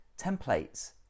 templates